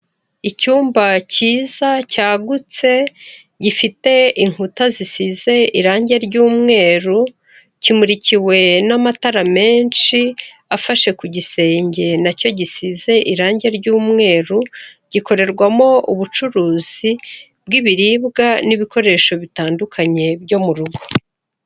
Icyumba cyiza cyagutse gifite inkuta zisize irangi ry'umweru, kimurikiwe n'amatara menshi afashe ku gisenge na cyo gisize irangi ry'umweru, gikorerwamo ubucuruzi bw'ibiribwa n'ibikoresho bitandukanye byo mu rugo.